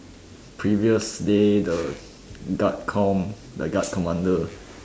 previous day the guard com the guard commander